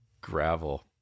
Gravel